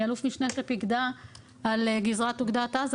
אני אלוף משנה שפיקדה על גזרת אוגדת עזה